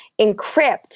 encrypt